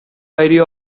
idea